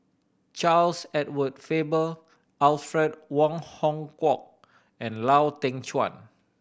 Charles Edward Faber Alfred Wong Hong Kwok and Lau Teng Chuan